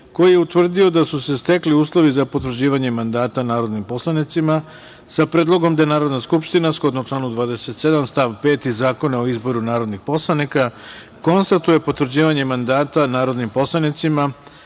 koji je utvrdio da su se stekli uslovi za potvrđivanje mandata narodnim poslanicima, sa predlogom gde Narodna skupština, shodno članu 27. stav 5. Zakonu o izboru narodnih poslanika, konstatuje potvrđivanje mandata narodnim poslanicima